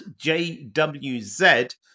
JWZ